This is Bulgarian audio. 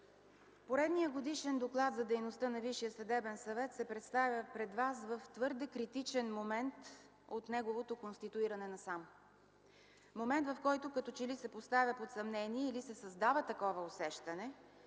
Поредният годишен доклад за дейността на Висшия съвет се представя пред вас в твърде критичен момент от неговото конституиране насам – момент, в който като че ли се поставя под съмнение или се създава такова усещане